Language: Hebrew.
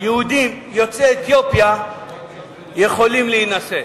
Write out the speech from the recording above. שיהודים יוצאי אתיופיה יכולים להינשא.